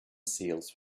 seals